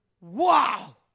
Wow